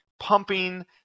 pumping